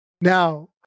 Now